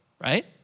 right